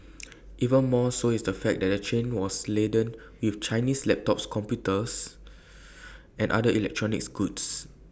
even more so is the fact that the train was laden with Chinese laptop computers and other electronic goods